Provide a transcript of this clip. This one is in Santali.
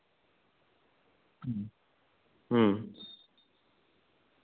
ᱦᱮᱸ ᱦᱮᱸ